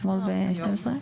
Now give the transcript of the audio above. אתמול ב-00:00?